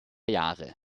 jahre